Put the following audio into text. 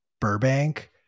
Burbank